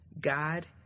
God